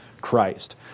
Christ